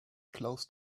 close